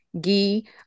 ghee